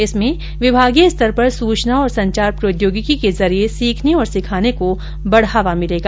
इसमें विभागीय स्तर पर सूचना और संचार प्रौद्योगिकी के जरिए सीखने और सिखाने को बढ़ावा मिलेगा